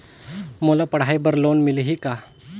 मोला पढ़ाई बर लोन मिलही का?